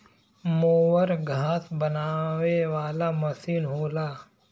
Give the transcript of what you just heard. mower घास बनावे वाला मसीन होला